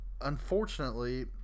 Unfortunately